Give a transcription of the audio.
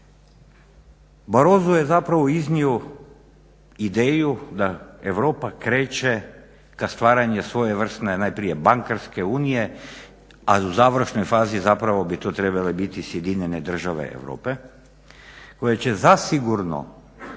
Barroso je zapravo iznio ideju da Europa kreće ka stvaranje svojevrsne najprije bankarske unije, a u završnoj fazi zapravo to trebale biti sjedinjene države Europe koje će zasigurno